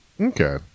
okay